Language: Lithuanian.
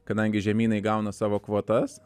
kadangi žemynai gauna savo kvotas